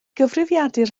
gyfrifiadur